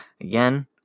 again